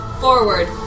forward